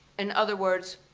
in other words,